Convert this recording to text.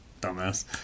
Dumbass